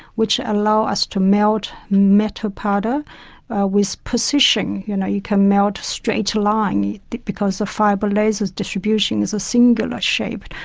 which allows us to melt metal powder with precision. you know, you can melt straight lines because the fibre lasers distribution is a singular shape.